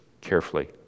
Carefully